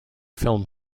film